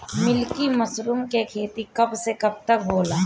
Milky mushroom के खेती कब से कब तक होला?